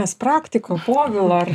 mes praktiko povilo